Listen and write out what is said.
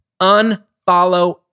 unfollow